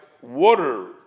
water